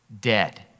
dead